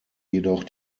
jedoch